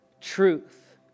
truth